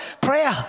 Prayer